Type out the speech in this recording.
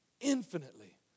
Infinitely